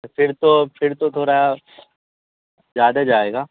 تو فر تو فر تو تھورا زیادہ جائے گا